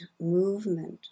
movement